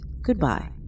Goodbye